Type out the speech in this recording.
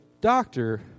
doctor